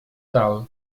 dal